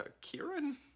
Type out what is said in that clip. Kieran